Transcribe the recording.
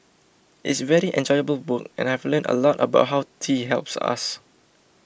it's very enjoyable work and I've learnt a lot about how tea helps us